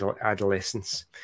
adolescence